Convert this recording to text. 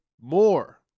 more